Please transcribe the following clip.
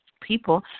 people